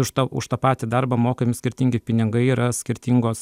už tą už tą patį darbą mokami skirtingi pinigai yra skirtingos